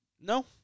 No